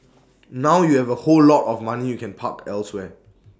now you have A whole lot of money you can park elsewhere